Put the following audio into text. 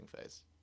phase